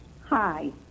Hi